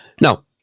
Now